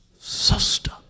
sister